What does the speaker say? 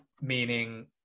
meaning